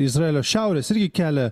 izraelio šiaurės irgi kelia